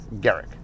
Garrick